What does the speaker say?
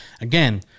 again